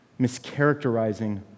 mischaracterizing